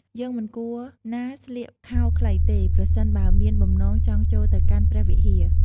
យើងមិនគួរណាស្លៀកខោខ្លីទេ ប្រសិនបើមានបំណងចង់ចូលទៅកាន់ព្រះវិហារ។